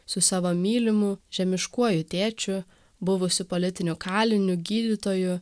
su savo mylimu žemiškuoju tėčiu buvusiu politiniu kaliniu gydytoju